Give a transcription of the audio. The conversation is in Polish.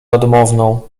odmowną